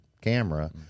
camera